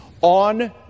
On